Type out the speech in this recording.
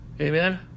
Amen